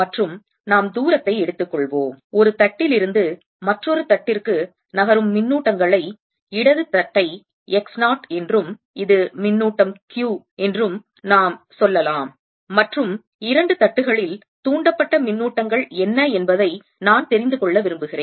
மற்றும் நாம் தூரத்தை எடுத்துக்கொள்வோம் ஒரு தட்டில் இருந்து மற்றொரு தட்டிற்கு நகரும் மின்னூட்டங்களை இடது தட்டை x 0 என்றும் இது மின்னூட்டம் Q என நாம் சொல்லலாம் மற்றும் இரண்டு தட்டுகளில் தூண்டப்பட்ட மின்னூட்டங்கள் என்ன என்பதை நான் தெரிந்து கொள்ள விரும்புகிறேன்